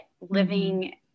living